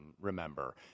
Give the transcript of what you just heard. remember